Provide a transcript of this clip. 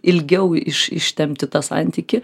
ilgiau iš ištempti tą santykį